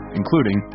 including